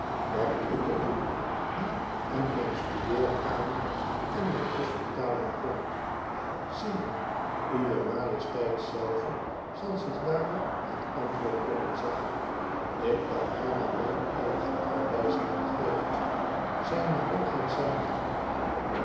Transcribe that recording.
dan ik het doe die uit mijn studeerkamer en mijn hospitalen kom sire uwe majesteit zelve zal zich daarop het antwoord kunnen zeggen ik kan haar alleen eenige aanwijzingen geven zijne hoogheid zei mij